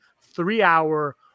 three-hour